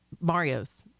Mario's